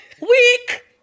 Week